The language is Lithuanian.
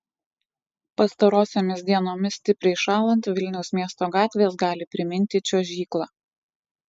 pastarosiomis dienomis stipriai šąlant vilniaus miesto gatvės gali priminti čiuožyklą